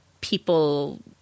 people